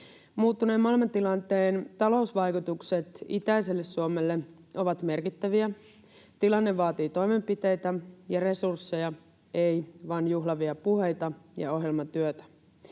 Muuttuneen maailmantilanteen talousvaikutukset itäiselle Suomelle ovat merkittäviä. Tilanne vaatii toimenpiteitä ja resursseja, ei vain juhlavia puheita ja ohjelmatyötä.